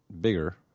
bigger